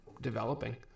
developing